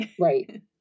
Right